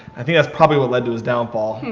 i think that's probably what led to his downfall.